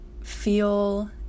feel